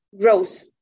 growth